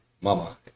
mama